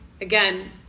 Again